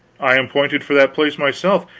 i am pointed for that place myself.